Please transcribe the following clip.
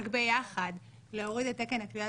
רק ביחד להוריד את תקן הכליאה